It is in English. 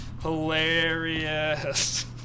Hilarious